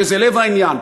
שזה לב בעניין.